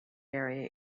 area